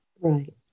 Right